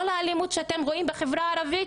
כל האלימות שאתם רואים בחברה הערבית,